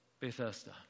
Bethesda